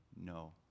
no